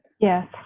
Yes